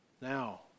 Now